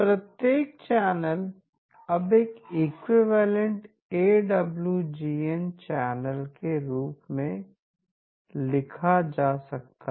प्रत्येक चैनल अब एक इक्विवेलेंट एडब्ल्यूजीएन चैनल के रूप में लिखा जा सकता है